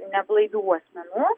neblaivių asmenų